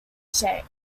shape